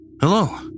Hello